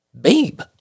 babe